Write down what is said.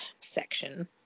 section